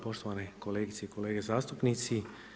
Poštovane kolegice i kolege zastupnici.